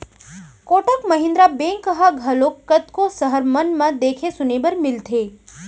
Kotak Mahindra bank ह घलोक कतको सहर मन म देखे सुने बर मिलथे